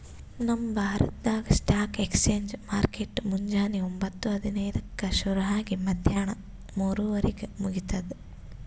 ನಮ್ ಭಾರತ್ದಾಗ್ stock exchange market ಮುಂಜಾನಿ ಒಂಬತ್ತು ಹದಿನೈದಕ್ಕ ಶುರು ಆಗಿ ಮದ್ಯಾಣ ಮೂರುವರಿಗ್ ಮುಗಿತದ್